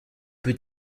peu